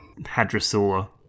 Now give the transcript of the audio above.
Hadrosaur